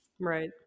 Right